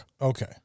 Okay